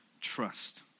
trust